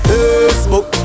Facebook